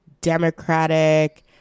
democratic